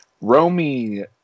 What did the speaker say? Romy